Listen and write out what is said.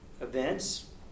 events